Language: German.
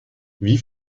wie